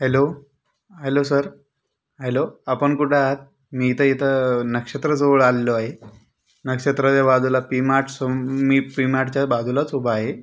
hello hello sir hello आपण कुठं आहात मी इथं इथं नक्षत्रजवळ आलेलो आहे नक्षत्रच्या बाजूला पी मार्ट स्वन मी पी मार्टच्या बाजूला उभा आहे